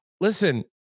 Listen